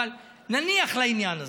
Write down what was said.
אבל נניח לעניין הזה.